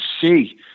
see